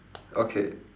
okay